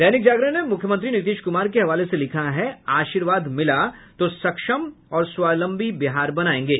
दैनिक जागरण ने मुख्यमंत्री नीतीश कुमार के हवाले से लिखा है आशीर्वाद मिला तो सक्षम और स्वावलंबी बिहार बनायेंगे